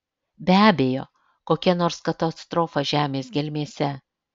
be abejo kokia nors katastrofa žemės gelmėse